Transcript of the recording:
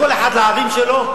כל אחד לערים שלו,